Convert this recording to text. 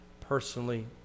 personally